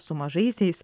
su mažaisiais